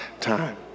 time